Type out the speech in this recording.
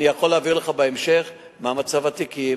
אני יכול להעביר לך בהמשך מה מצב התיקים.